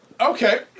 Okay